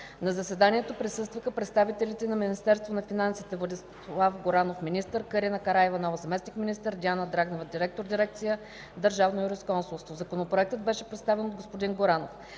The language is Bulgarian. На заседанието присъстваха представителите на Министерство на финансите: Владислав Горанов – министър, Карина Караиванова – заместник министър, Диана Драгнева – директор на дирекция „Държавно юрисконсултство”. Законопроектът беше представен от господин Горанов.